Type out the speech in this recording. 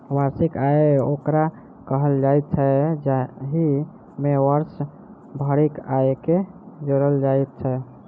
वार्षिक आय ओकरा कहल जाइत छै, जाहि मे वर्ष भरिक आयके जोड़ल जाइत छै